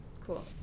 cool